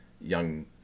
young